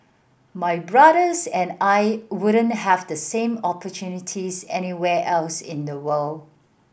my brothers and I wouldn't have the same opportunities anywhere else in the world